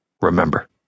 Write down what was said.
Remember